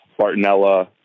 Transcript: Bartonella